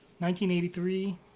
1983